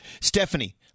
Stephanie